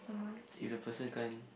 if the person can't